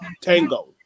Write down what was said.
tango